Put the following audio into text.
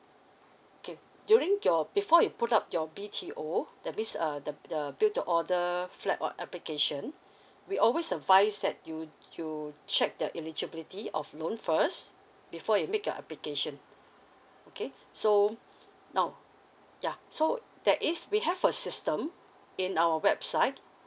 okay during your before you put up your B_T_O that means uh the the build to order flat of application we always advise that you you check the eligibility of loan first before you make your application okay so now ya so there is we have a system in our website